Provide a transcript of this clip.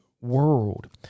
World